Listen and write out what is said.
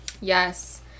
Yes